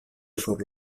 sur